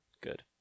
Good